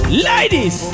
Ladies